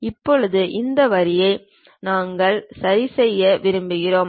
இப்போது இந்த வரியை நாங்கள் சரிசெய்ய விரும்புகிறோம்